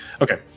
Okay